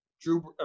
Drew